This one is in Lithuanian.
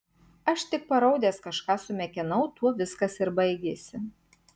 aš tik paraudęs kažką sumekenau tuo viskas ir baigėsi